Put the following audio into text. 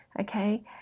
okay